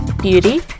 Beauty